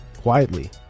quietly